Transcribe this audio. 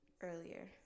earlier